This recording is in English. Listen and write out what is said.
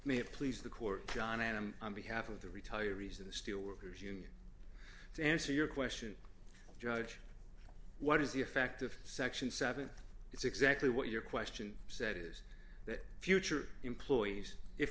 may please the court john i am on behalf of the retirees of the steelworkers union to answer your question judge what is the effect of section seven it's exactly what your question said is that future employees if